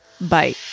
Bye